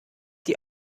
die